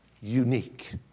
unique